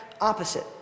opposite